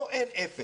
לא, אין אפס.